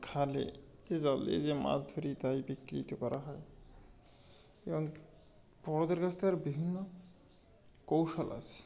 খালে যে জলে যে মাছ ধরি তাই বিক্রীত করা হয় এবং বড়দের কাছ থেকে আরও বিভিন্ন কৌশল আছে